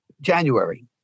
January